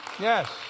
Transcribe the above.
yes